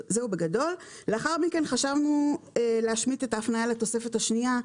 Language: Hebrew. לאחר מכן חשבנו להשמיט את ההפניה לתוספת השנייה.